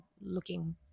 looking